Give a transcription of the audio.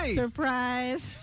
surprise